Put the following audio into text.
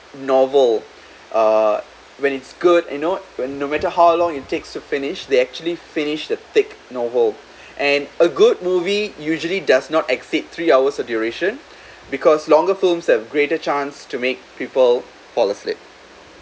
novel uh when it's good you know when no matter how long it takes to finish they actually finished a thick novel and a good movie usually does not exceed three hours duration because longer films have greater chance to make people fall asleep